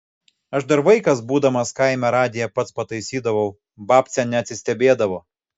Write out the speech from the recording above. aš dar vaikas būdamas kaime radiją pats pataisydavau babcė neatsistebėdavo